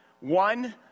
one